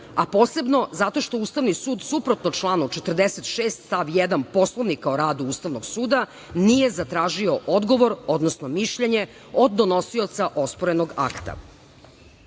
a posebno zato što Ustavni sud suprotno članu 46. stav 1. Poslovnika o radu Ustavnog suda nije zatražio odgovor, odnosno mišljenje od donosioca osporenog